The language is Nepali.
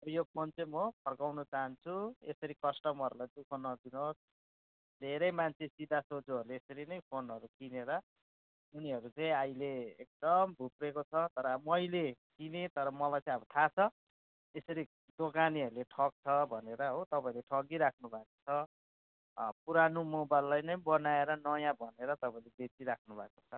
यो फोन चाहिँ म फर्काउन चाहन्छु यसरी कस्टमरहरूलाई दुःख नदिनुहोस् धेरै मान्छे सिधा सोझोहरूले यसरी नै फोनहरू किनेर उनीहरू चाहिँ अहिले एकदम भुप्रेको छ तर मैले किनेँ तर मलाई चाहिँ अब थाहा छ यसरी दोकानेहरूले ठग्छ भनेर हो तपाईँहरूले ठगिराख्नु भएको छ पुरानो मोबाइललाई नै बनाएर नयाँ भनेर तपाईँहरूले बेचिराख्नु भएको छ